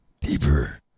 deeper